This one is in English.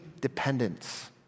dependence